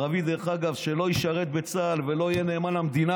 ערבי שלא ישרת בצה"ל ולא יהיה נאמן למדינה,